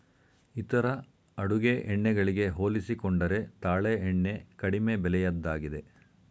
ಇತರ ಅಡುಗೆ ಎಣ್ಣೆ ಗಳಿಗೆ ಹೋಲಿಸಿಕೊಂಡರೆ ತಾಳೆ ಎಣ್ಣೆ ಕಡಿಮೆ ಬೆಲೆಯದ್ದಾಗಿದೆ